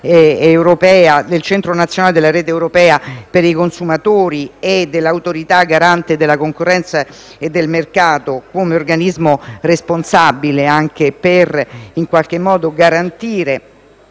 del Centro nazionale della rete europea per i consumatori e dell'Autorità garante della concorrenza e del mercato quali organismi responsabili per garantire